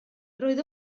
roedd